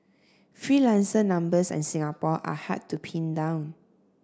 freelancer numbers in Singapore are hard to pin down